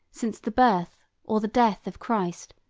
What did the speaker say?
since the birth or the death of christ,